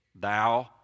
Thou